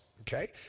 okay